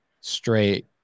straight